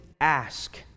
ask